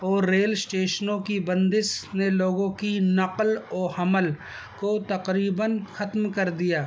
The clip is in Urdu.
اور ریل اسٹیشنوں کی بندش نے لوگوں کی نقل و حمل کو تقریباً ختم کر دیا